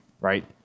right